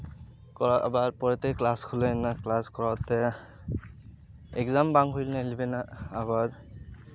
ᱟᱵᱟᱨ ᱯᱚᱨᱮᱛᱮ ᱠᱞᱟᱥ ᱠᱷᱩᱞᱟᱹᱣ ᱮᱱᱟ ᱠᱞᱟᱥ ᱠᱚᱨᱟᱣᱛᱮ ᱮᱠᱡᱟᱢ ᱵᱟᱝ ᱦᱩᱭ ᱞᱮᱱᱟ ᱤᱞᱤᱵᱷᱮᱱ ᱨᱮᱱᱟᱜ ᱟᱵᱟᱨ